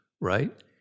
right